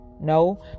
No